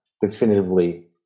definitively